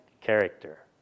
character